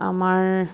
আমাৰ